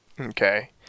Okay